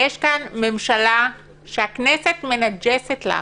יש כאן ממשלה שהכנסת מנג'סת לה.